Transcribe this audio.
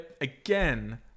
again